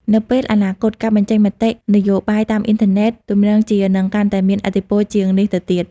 នៅពេលអនាគត ការបញ្ចេញមតិនយោបាយតាមអ៊ីនធឺណិតទំនងជានឹងកាន់តែមានឥទ្ធិពលជាងនេះទៅទៀត។